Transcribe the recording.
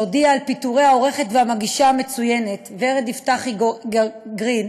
שהודיע על פיטורי העורכת והמגישה המצוינת ורד יפתחי גרין,